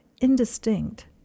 indistinct